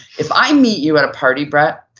if i meet you at a party, brett,